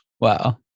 Wow